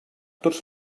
tots